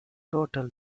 total